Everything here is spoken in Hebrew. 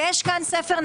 כאן אתם